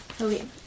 Okay